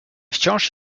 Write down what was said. wciąż